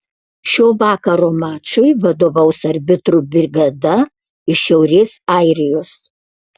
šio vakaro mačui vadovaus arbitrų brigada iš šiaurės airijos